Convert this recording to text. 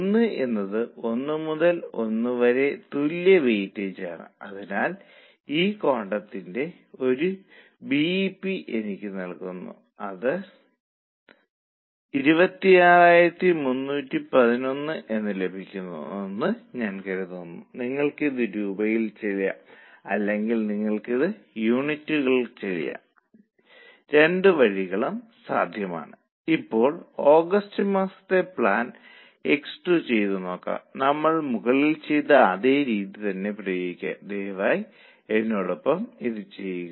ഇപ്പോൾ അവരുടെ നിർദ്ദേശം ഉൾപ്പെടുത്തുക പരസ്യങ്ങൾക്കായി കുറച്ച് പണം ചിലവഴിക്കുന്ന മാറ്റങ്ങൾ വരുത്തുക വിൽപ്പന വില വർദ്ധിപ്പിക്കുക തുടങ്ങിയവയും പുതുക്കിയ ബജറ്റ് കണക്കാക്കുകയും ചെയ്യുക